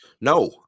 No